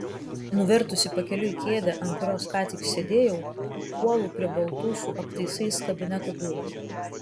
nuvertusi pakeliui kėdę ant kurios ką tik sėdėjau puolu prie baltų su aptaisais kabineto durų